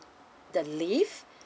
the lift